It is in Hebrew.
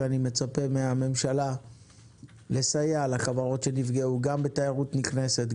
ואני מצפה מהממשלה לסייע לחברות שנפגעו גם בתיירות נכנסת,